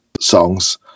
songs